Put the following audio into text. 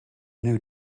new